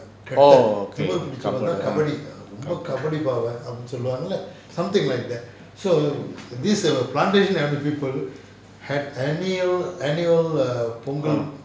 orh okay